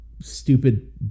stupid